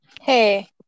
Hey